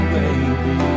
baby